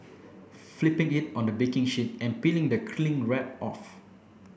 flipping it on the baking sheet and peeling the cling wrap off